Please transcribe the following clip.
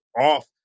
off